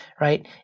Right